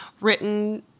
written